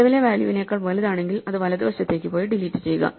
നിലവിലെ വാല്യൂവിനേക്കാൾ വലുതാണെങ്കിൽ അത് വലതുവശത്തേക്ക് പോയി ഡിലീറ്റ് ചെയ്യുക